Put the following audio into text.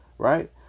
Right